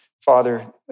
father